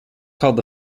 called